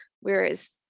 Whereas